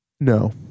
No